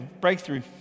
breakthrough